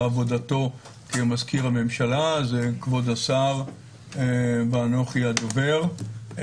בעבודתו כמזכיר הממשלה אז כבוד השר ואנוכי הדובר.